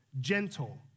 gentle